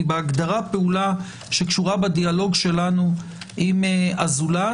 היא בהגדרה פעולה שקשורה בדיאלוג שלנו עם הזולת,